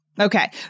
Okay